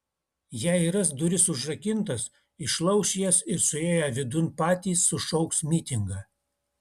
jei ras duris užrakintas išlauš jas ir suėję vidun patys sušauks mitingą